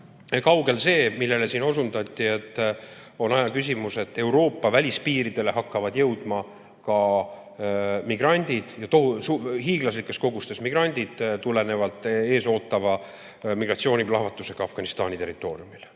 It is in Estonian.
kaugel see, millele siin osundati, et on aja küsimus, millal Euroopa välispiiridele hakkavad jõudma hiiglaslikes kogustes migrandid tulenevalt ees ootavast migratsiooniplahvatusest Afganistani territooriumil.